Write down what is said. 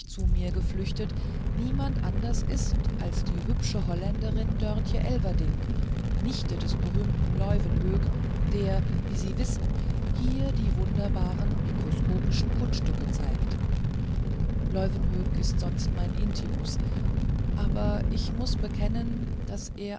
zu mir geflüchtet niemand anders ist als die hübsche holländerin dörtje elverdink nichte des berühmten leuwenhoek der wie sie wissen hier die wunderbaren mikroskopischen kunststücke zeigt leuwenhoek ist sonst mein intimus aber ich muß bekennen daß er